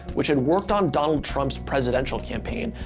which had worked on donald trump's presidential campaign,